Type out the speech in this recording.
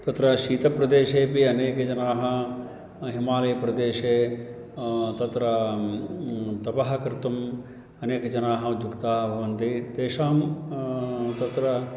तत्र शीतप्रदेशेपि अनेके जनाः हिमालयप्रदेशे तत्र तपः कर्तुम् अनेकजनाः उद्युक्ताः भवन्ति तेषां तत्र